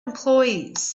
employees